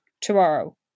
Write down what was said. tomorrow